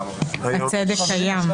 הצדק קיים.